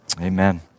amen